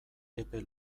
epe